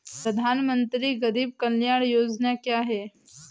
प्रधानमंत्री गरीब कल्याण योजना क्या है?